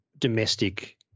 Domestic